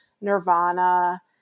Nirvana